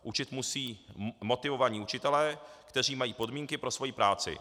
Učit musí motivovaní učitelé, kteří mají podmínky pro svoji práci.